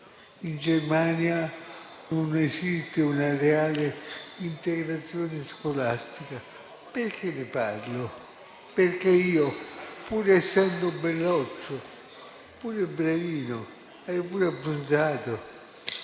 manicomi e non esiste una reale integrazione scolastica. Perché ne parlo? Perché io, pur essendo belloccio, bravino e ora pure abbronzato,